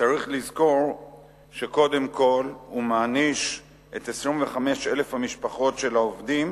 צריך לזכור שקודם כול הוא מעניש את 25,000 המשפחות של העובדים